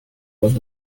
was